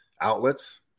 outlets